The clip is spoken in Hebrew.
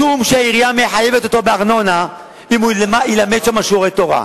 משום שהעירייה מחייבת אותו בארנונה אם הוא ילמד שם שיעורי תורה.